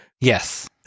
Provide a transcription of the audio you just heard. Yes